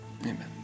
amen